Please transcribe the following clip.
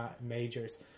majors